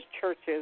churches